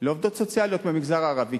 לעובדות סוציאליות מהמגזר הערבי,